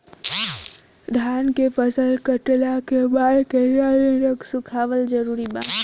धान के फसल कटला के बाद केतना दिन तक सुखावल जरूरी बा?